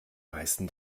meisten